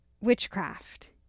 witchcraft